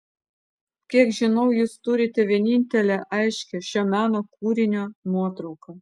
kiek žinau jūs turite vienintelę aiškią šio meno kūrinio nuotrauką